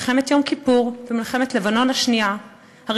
מלחמת יום כיפור ומלחמת לבנון הראשונה,